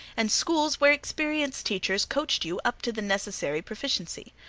and schools where experienced teachers coached you up to the necessary proficiency.